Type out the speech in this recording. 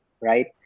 Right